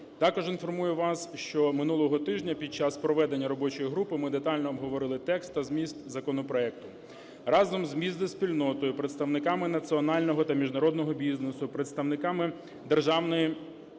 Також інформую вас, що минулого тижня, під час проведення робочої групи ми детально обговорили текст та зміст законопроекту разом зі спільнотою, представниками національного та міжнародного бізнесу, представниками Державної